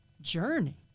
Journey